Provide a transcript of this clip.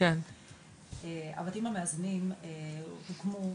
הבתים המאזנים הוקמו,